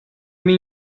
mean